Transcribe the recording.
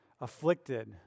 afflicted